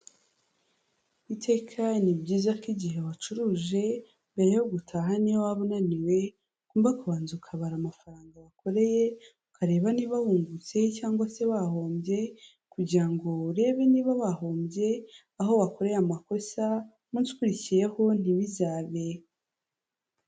Iteka ni byiza ko igihe wacuruje, mbere yo gutaha niyo waba unaniwe, ugomba kubanza ukabara amafaranga wakoreye, ukareba niba wungutse cyangwa se wahombye kugira ngo urebe niba wahombye, aho wakoreye amakosa, umunsi ukurikiyeho ntibizabe.